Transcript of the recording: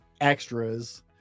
extras